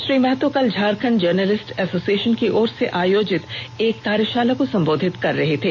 श्री महतो कल Jharkhand journalist association की ओर से आयोजित एक कार्यषाला को संबोधित कर रहे थे